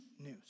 news